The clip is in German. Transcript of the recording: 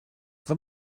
wenn